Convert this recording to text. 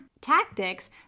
tactics